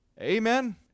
Amen